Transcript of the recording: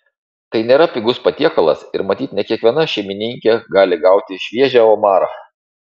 tai nėra pigus patiekalas ir matyt ne kiekviena šeimininkė gali gauti šviežią omarą